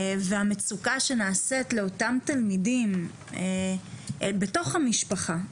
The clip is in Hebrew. והמצוקה שנעשית לאותם תלמידים בתוך המשפחה,